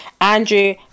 andrew